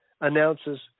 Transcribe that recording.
announces